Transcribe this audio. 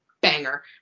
banger